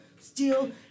steal